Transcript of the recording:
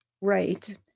right